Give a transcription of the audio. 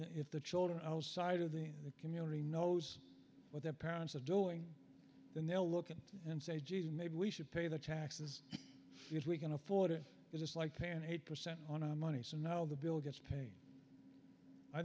if the children outside of the community knows what their parents of doing then they'll look at it and say gee maybe we should pay the taxes if we can afford it it's like paying eight percent on our money so no the bill gets paid i